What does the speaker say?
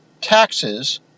taxes